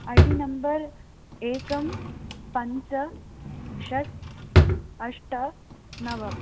I D number एकं पञ्च षट् अष्ट नव